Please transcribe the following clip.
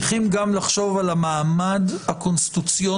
ולא היינו צריכים את הסעיף הזה.